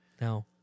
No